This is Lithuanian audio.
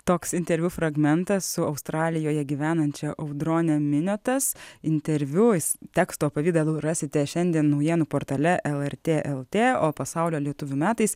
toks interviu fragmentas su australijoje gyvenančia audrone miniotas interviu jūs teksto pavidalu rasite šiandien naujienų portale lrt lt o pasaulio lietuvių metais